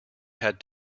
had